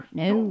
no